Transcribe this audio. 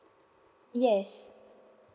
yes